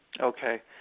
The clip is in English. Okay